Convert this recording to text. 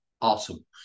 Awesome